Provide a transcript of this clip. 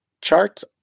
charts